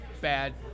bad